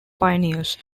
pioneers